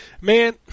man